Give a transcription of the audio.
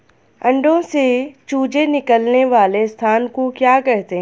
अंडों से चूजे निकलने वाले स्थान को क्या कहते हैं?